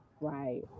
Right